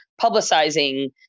publicizing